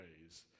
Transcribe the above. ways